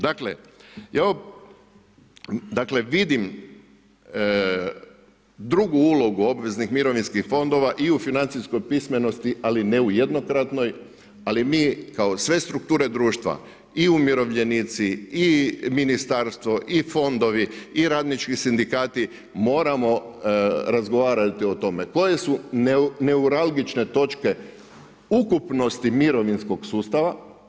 Dakle vidim drugu ulogu obveznih mirovinskih fondova i u financijskoj pismenosti, ali ne u jednokratnoj, ali mi kao sve strukture društva i umirovljenici i ministarstvo i fondovi i radnički sindikati moramo razgovarati o tome, koje su neuralgične točke ukupnosti mirovinskog sustava.